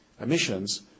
emissions